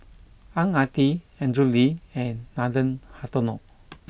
Ang Ah Tee Andrew Lee and Nathan Hartono